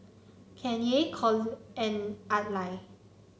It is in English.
Kanye Cole and Adlai